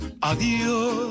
Adiós